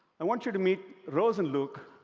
i want you to meet rose and luke,